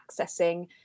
accessing